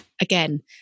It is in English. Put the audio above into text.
Again